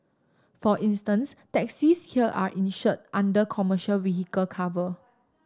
for instance taxis here are insured under commercial vehicle cover